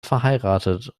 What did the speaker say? verheiratet